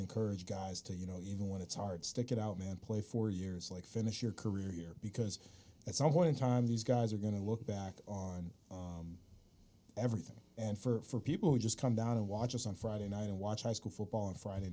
encourage guys to you know even when it's hard stick it out and play for years like finish your career because at some point in time these guys are going to look back on everything and for people who just come down and watch us on friday night and watch high school football on friday